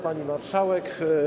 Pani Marszałek!